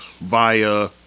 via